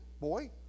boy